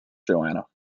joanna